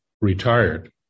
retired